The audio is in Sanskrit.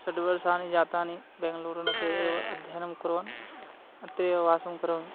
षड् वर्षाणि जातानि बेङ्गलूरुनगरे एव अध्ययनं कुर्वन् अत्रैव वासं करोमि